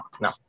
no